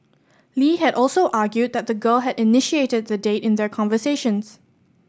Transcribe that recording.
Lee had also argued that the girl had initiated the date in their conversations